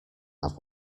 have